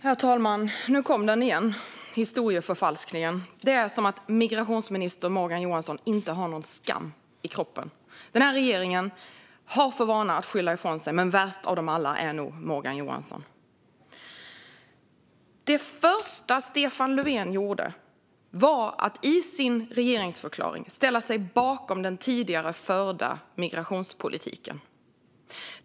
Herr talman! Nu kom den igen, historieförfalskningen. Det är som att migrationsminister Morgan Johansson inte har någon skam i kroppen. Den här regeringen har för vana att skylla ifrån sig, men värst av alla är nog Morgan Johansson. Det första som Stefan Löfven gjorde var att i sin regeringsförklaring ställa sig bakom den tidigare förda migrationspolitiken.